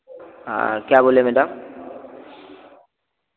हाँ क्या बोले मैडम